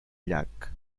llac